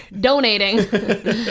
donating